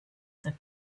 that